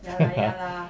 ya lah ya lah